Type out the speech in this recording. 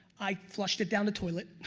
i flushed it down the toilet